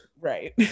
Right